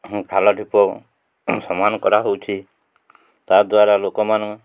ଖାଲ ଢିପ ସମାନ୍ କରାହେଉଛି ତାଦ୍ଵାରା ଲୋକମାନ